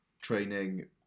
training